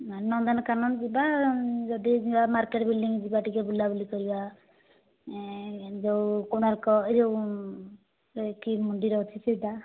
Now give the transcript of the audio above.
ନା ନନ୍ଦନକାନନ ଯିବା ଯଦି ଯିବା ମାର୍କେଟ୍ ବିଲ୍ଡିଂ ଯିବା ଟିକେ ବୁଲାବୁଲି କରିବା ଯୋଉ କୋଣାର୍କ ଏଇ ଯୋଉ ଏ କି ମନ୍ଦିର ଅଛି ସେଟା